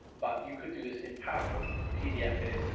but you could do this in powerpoint, pdf it,